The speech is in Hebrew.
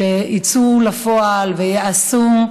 והם יצאו לפועל וייעשו.